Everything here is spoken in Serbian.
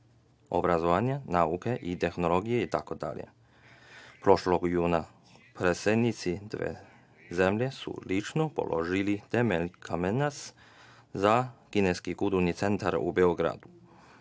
obrazovanja, nauke i tehnologije itd. Prošlog juna predsednici dve zemlje su lično položili kamen temeljac za Kineski kulturni centar u Beogradu.